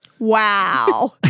Wow